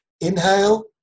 inhale